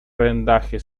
rendaje